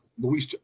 Louis